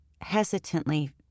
Hesitantly